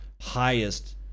highest